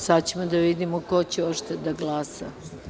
Sada ćemo videti ko će uopšte da glasa.